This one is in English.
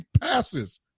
passes